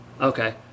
Okay